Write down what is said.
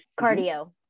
cardio